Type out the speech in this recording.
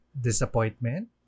disappointment